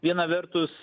viena vertus